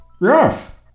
Yes